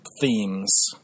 themes